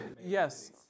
Yes